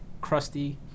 crusty